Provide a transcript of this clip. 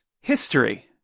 history